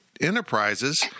Enterprises